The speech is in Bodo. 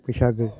बैसागो